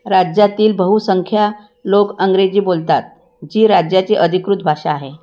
राज्यातील बहुसंख्य लोक अंग्रेजी बोलतात जी राज्याची अधिकृत भाषा आहे